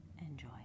Enjoy